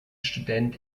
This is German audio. student